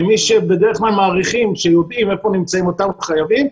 כמי שבדרך כלל מעריכים שיודעים איפה נמצאים אותם חייבים,